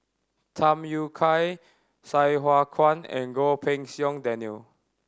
Tham Yui Kai Sai Hua Kuan and Goh Pei Siong Daniel